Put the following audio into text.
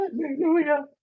Hallelujah